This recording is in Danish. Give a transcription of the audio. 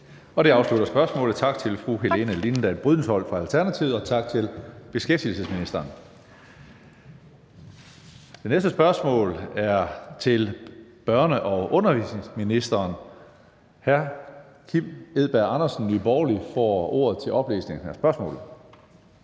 Det afslutter spørgsmålet. Tak til fru Helene Liliendahl Brydensholt fra Alternativet, og tak til beskæftigelsesministeren. Det næste spørgsmål er til børne- og undervisningsministeren fra hr. Kim Edberg Andersen, Nye Borgerlige. Kl.